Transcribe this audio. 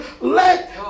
let